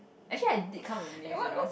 actually I did come up with names you know